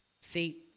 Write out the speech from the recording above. See